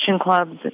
clubs